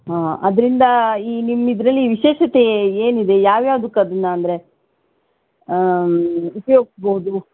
ಆಂ ಅದರಿಂದ ಈ ನಿಮ್ಮ ಇದರಲ್ಲಿ ವಿಶೇಷತೆ ಏ ಏನಿದೆ ಯಾವ ಯಾವ್ದಕ್ಕೆ ಅದನ್ನ ಅಂದರೆ ಉಪಯೋಗ್ಸ್ಬೋದು